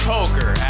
Poker